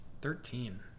Thirteen